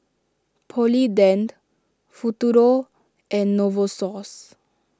Polident Futuro and Novosource